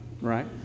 Right